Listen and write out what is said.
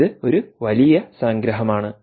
അതിനാൽ ഇത് ഒരു വലിയ സംഗ്രഹമാണ്